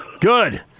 Good